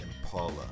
Impala